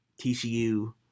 TCU